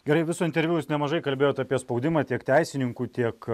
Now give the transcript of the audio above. gerai viso interviu jūs nemažai kalbėjot apie spaudimą tiek teisininkų tiek